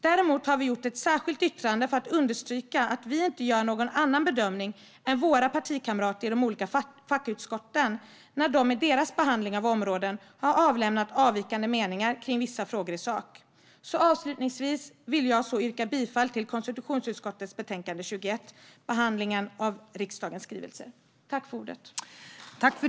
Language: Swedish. Däremot har vi gjort ett särskilt yttrande för att understryka att vi inte gör någon annan bedömning än våra partikamrater i de olika fackutskotten när de i sin behandling av områden har avlämnat avvikande meningar om vissa frågor i sak. Avslutningsvis vill jag yrka bifall till förslaget i konstitutionsutskottets betänkande 21 Behandlingen av riksdagens skrivelser .